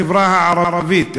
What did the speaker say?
החברה הערבית,